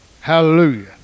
Hallelujah